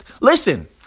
Listen